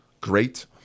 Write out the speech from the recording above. great